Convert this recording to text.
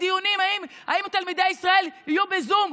לדיונים אם תלמידי ישראל יהיו בזום,